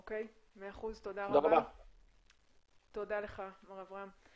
תודה רבה מר אברהם.